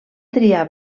triar